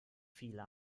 viele